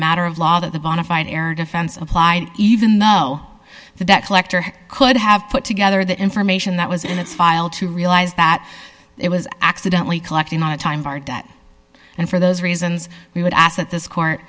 matter of law that the bonafide air defense applied even though the debt collector could have put together the information that was in its file to realize that it was accidently collecting on the time of our debt and for those reasons we would ask that this court